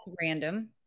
random